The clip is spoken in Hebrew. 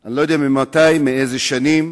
אני לא יודע ממתי, מאיזו שנה,